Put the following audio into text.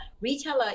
retailer